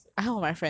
or you research